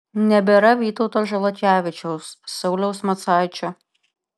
nebėra vytauto žalakevičiaus sauliaus macaičio